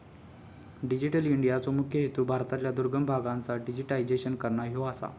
digital इंडियाचो मुख्य हेतू भारतातल्या दुर्गम भागांचा डिजिटायझेशन करना ह्यो आसा